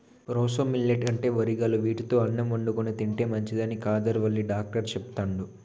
proso millet అంటే వరిగలు వీటితో అన్నం వండుకొని తింటే మంచిదని కాదర్ వల్లి డాక్టర్ చెపుతండు